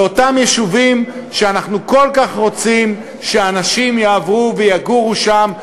באותם יישובים שאנחנו כל כך רוצים שאנשים יעברו אליהם ויגורו שם,